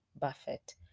Buffett